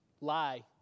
lie